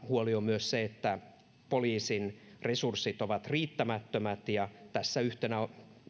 huoli on myös se että poliisin resurssit ovat riittämättömät ja tässä yhtenä